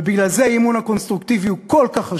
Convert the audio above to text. ובגלל זה האי-אמון הקונסטרוקטיבי כל כך חשוב,